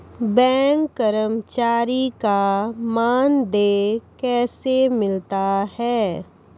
Bank कर्मचारी का मानदेय कैसे मिलता हैं?